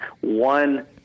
One